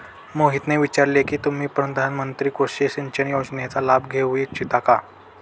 मोहितने विचारले की तुम्ही प्रधानमंत्री कृषि सिंचन योजनेचा लाभ घेऊ इच्छिता का?